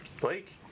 Blake